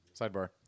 Sidebar